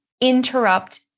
interrupt